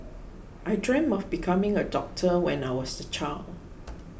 I dreamt of becoming a doctor when I was a child